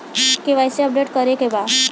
KYC update करे के बा?